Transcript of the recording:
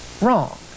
wrong